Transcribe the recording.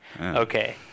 Okay